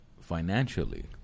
Financially